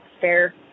fair